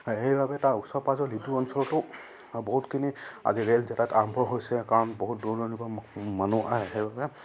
সেইবাবে তাৰ ওচৰ পাঁজৰৰ লিডু অঞ্চলটো বহুতখিনি আজি ৰে'ল যাতায়াত আৰম্ভ হৈছে কাৰণ বহুত দূৰ দূৰণিৰপৰা মানুহ আহে সেইবাবে